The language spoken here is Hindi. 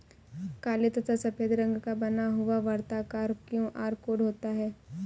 काले तथा सफेद रंग का बना हुआ वर्ताकार क्यू.आर कोड होता है